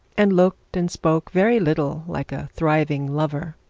and looked and spoke very little like a thriving lover.